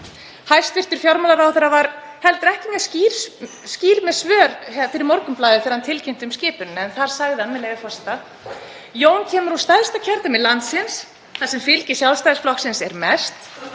Hæstv. fjármálaráðherra var heldur ekki mjög skýr með svör fyrir Morgunblaðið þegar hann tilkynnti um skipun en þar sagði hann, með leyfi forseta: „Jón kemur úr stærsta kjördæmi landsins þar sem fylgi Sjálfstæðisflokksins er mest.